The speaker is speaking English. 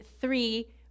three